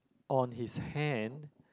on his hand